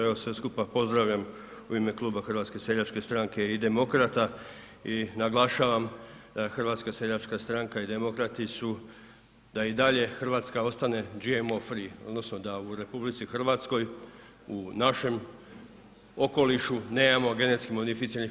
Ja vas sve skupa pozdravljam u ime kluba HSS-a i Demokrata i naglašavam da HSS i Demokrati su da i dalje Hrvatska ostane GMO free odnosno da u RH u našem okolišu nemamo GMO-a.